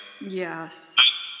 Yes